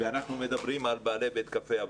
ואנחנו מדברים על בעלי בית קפה,